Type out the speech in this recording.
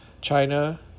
China